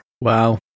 Wow